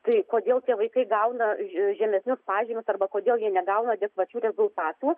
tai kodėl tie vaikai gauna že žemesnius pažymius arba kodėl jie negauna adekvačių rezultatų